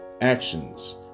actions